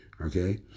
Okay